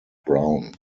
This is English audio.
brown